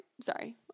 sorry